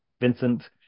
Vincent